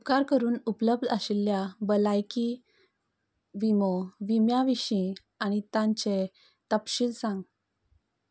उपकार करून उपलब्ध आशिल्ल्या भलायकी विमो विम्यां विशीं आनी तांचे तपशील सांग